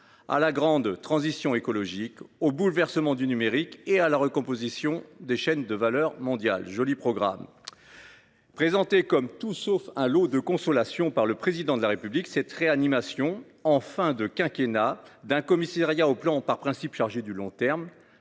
à la grande transition écologique et aux bouleversements du numérique et de la recomposition des chaînes de valeur mondiales ». Joli programme ! Présentée comme « tout sauf un lot de consolation » par le Président de la République, cette réanimation, en fin de quinquennat, d’un commissariat au plan, par principe chargé du long terme,